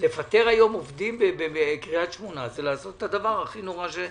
לפטר היום עובדים בקריית שמונה זה לעשות את הדבר הכי נורא.